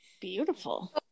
Beautiful